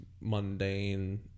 mundane